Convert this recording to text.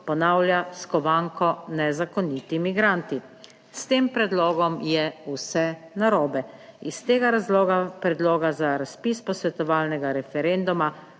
ponavlja skovanko nezakoniti migranti. S tem predlogom je vse narobe. Iz tega razloga predloga za razpis posvetovalnega referenduma